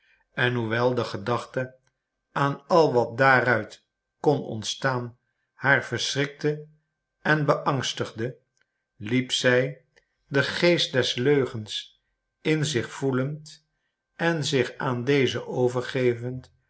en hoewel de gedachte aan al wat daaruit kon ontstaan haar verschrikte en beangstigde liep zij den geest des leugens in zich voelend en zich aan dezen overgevend